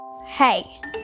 Hey